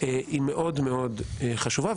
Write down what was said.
היא מאוד מאוד חשובה.